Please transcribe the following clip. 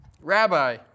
Rabbi